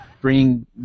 Bring